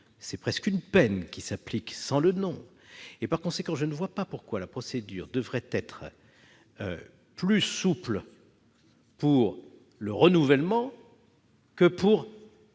c'est presque une peine qui s'applique sans le nom. Je ne vois donc pas pourquoi la procédure devrait être plus souple pour le renouvellement que pour